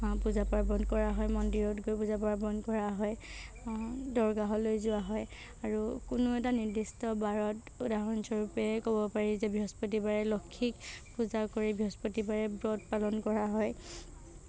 পূজা পাৰ্বণ কৰা হয় মন্দিৰত গৈ পূজা পাৰ্বণ কৰা হয় দৰগাহলৈ যোৱা হয় আৰু কোনো এটা নিৰ্দিষ্ট বাৰত উদাহৰণ স্বৰূপে ক'ব পাৰি যে বৃহস্পতিবাৰে লক্ষীক পূজা কৰি বৃহস্পতিবাৰে ব্ৰত পালন কৰা হয়